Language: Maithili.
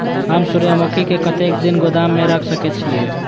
हम सूर्यमुखी के कतेक दिन गोदाम में रख सके छिए?